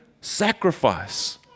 sacrifice